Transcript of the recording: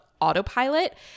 autopilot